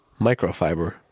Microfiber